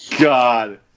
God